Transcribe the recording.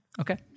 Okay